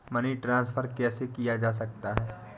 Money transfer कैसे किया जा सकता है?